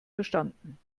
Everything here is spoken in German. verstanden